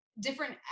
different